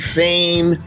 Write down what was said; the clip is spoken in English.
fame